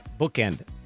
Bookend